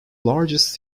largest